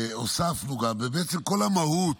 הוספנו, ובעצם כל המהות